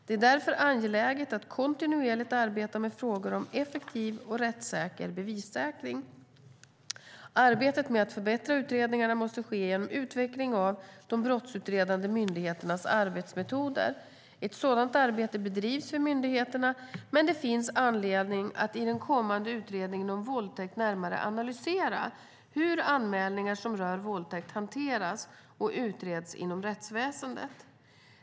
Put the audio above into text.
Det är därför angeläget att kontinuerligt arbeta med frågor om effektiv och rättssäker bevissäkring. Arbetet med att förbättra utredningarna måste ske genom utveckling av de brottsutredande myndigheternas arbetsmetoder. Ett sådant arbete bedrivs vid myndigheterna, men det finns anledning att i den kommande utredningen om våldtäkt närmare analysera hur anmälningar som rör våldtäkt hanteras och utreds inom rättsväsendet.